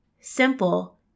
simple